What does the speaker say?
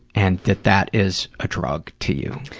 and that that is a drug to you.